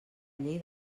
llei